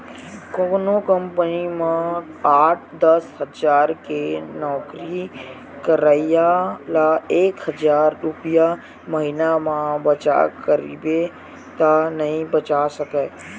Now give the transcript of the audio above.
कोनो कंपनी म आठ, दस हजार के नउकरी करइया ल एक हजार रूपिया महिना म बचा कहिबे त नइ बचा सकय